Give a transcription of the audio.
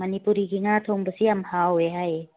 ꯃꯅꯤꯄꯨꯔꯤꯒꯤ ꯉꯥ ꯊꯣꯡꯕꯁꯤ ꯌꯥꯝ ꯍꯥꯎꯏ ꯍꯥꯏꯌꯦ